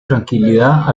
tranquilidad